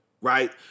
right